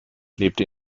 lebte